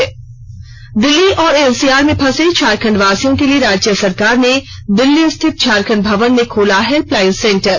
न् दिल्ली और एनसीआर में फंसे झारखंडवासियों के लिए राज्य सरकार ने दिल्ली स्थित झारखंड भवन में खोला हेल्पलाइन सेंटर